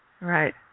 right